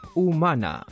humana